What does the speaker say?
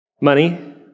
Money